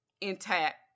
intact